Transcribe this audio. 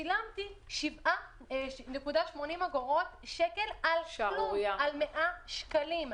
שילמתי 7.80 שקל על 100 שקלים.